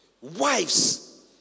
Wives